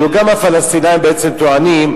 הלוא גם הפלסטינים בעצם טוענים: